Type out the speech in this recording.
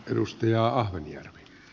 arvoisa puhemies